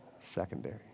secondary